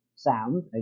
sound